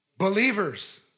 Believers